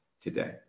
today